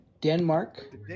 Denmark